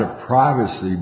of privacy